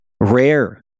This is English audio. rare